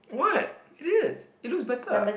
what it is it looks better